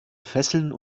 fesseln